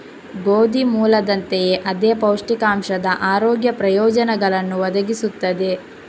ಗೋಧಿ ಮೂಲದಂತೆಯೇ ಅದೇ ಪೌಷ್ಟಿಕಾಂಶದ ಆರೋಗ್ಯ ಪ್ರಯೋಜನಗಳನ್ನು ಒದಗಿಸುತ್ತದೆ